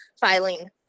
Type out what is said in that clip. filing